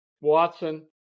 Watson